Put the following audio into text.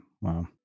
wow